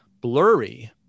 blurry